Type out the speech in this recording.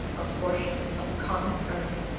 a portion of common earth,